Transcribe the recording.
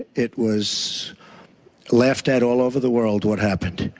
it was laughed at all over the world what happened.